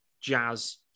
Jazz